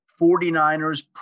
49ers